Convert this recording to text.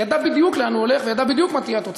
ידע בדיוק לאן הוא הולך וידע בדיוק מה תהיה התוצאה,